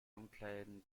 umkleiden